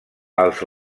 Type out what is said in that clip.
els